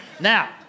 Now